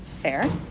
fair